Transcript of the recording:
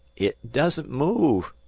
it doesn't move,